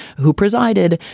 who presided.